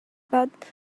but